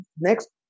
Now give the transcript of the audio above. next